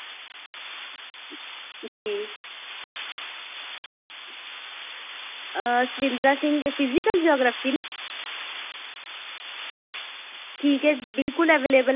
जी Satindra Singh physical geography नी ठीक ऐ बिल्कुल अवेलेवल ऐ